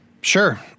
Sure